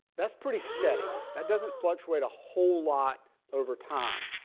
that's pretty steady. that doesn't fluctuate a whole lot over time.